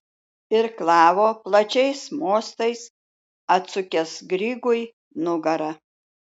irklavo plačiais mostais atsukęs grygui nugarą